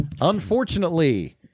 Unfortunately